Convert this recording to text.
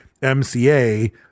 MCA